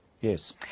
Yes